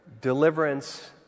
deliverance